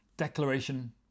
declaration